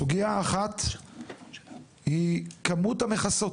סוגייה אחת היא כמות המכסות,